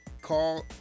call